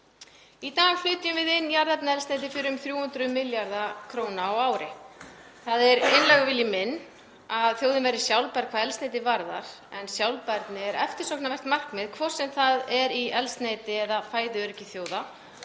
Í dag flytjum við inn jarðefnaeldsneyti fyrir um 300 milljarða kr. á ári. Það er einlægur vilji minn að þjóðin verði sjálfbær hvað eldsneyti varðar en sjálfbærni er eftirsóknarvert markmið hvort heldur sé í eldsneyti eða fæðuöryggi þjóða